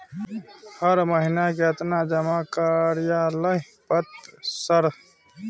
हर महीना केतना जमा कार्यालय पत्र सर?